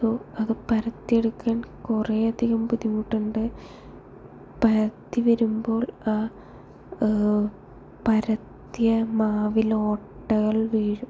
so അത് പരത്തി എടുക്കാൻ കുറേ അധികം ബുദ്ധിമുട്ടുണ്ട് പരത്തി വരുമ്പോൾ ആ പരത്തിയ മാവിൽ ഓട്ടകൾ വീഴും